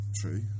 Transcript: True